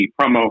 Promo